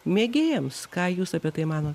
mėgėjams ką jūs apie tai manot